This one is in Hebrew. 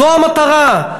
זו המטרה?